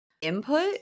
input